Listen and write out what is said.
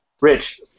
Rich